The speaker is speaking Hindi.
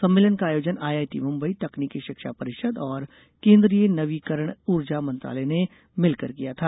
सम्मेलन का आयोजन आईआईटी मुम्बई तकनीकी शिक्षा परिषद और केन्द्रीय नवीकरण ऊर्जा मंत्रालय ने मिलकर किया था